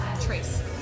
Trace